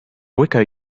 wicca